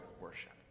worship